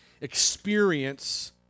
experience